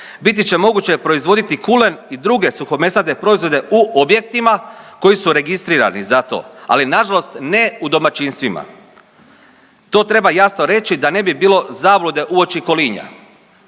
biti će moguće proizvoditi kulen i druge suhomesnate proizvode u objektima koji su registrirani za to, ali nažalost ne u domaćinstvima, to treba jasno reći da ne bi bilo zablude uoči kolinja.